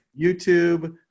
YouTube